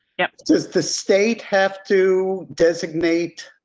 yep. does the state have to designate